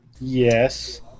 Yes